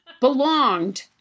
belonged